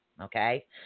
Okay